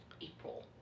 april